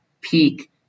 peak